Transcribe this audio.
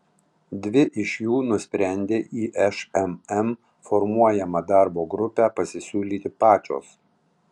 dvi iš jų nusprendė į šmm formuojamą darbo grupę pasisiūlyti pačios